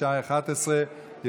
בשעה 11:00.